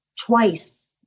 twice